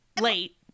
late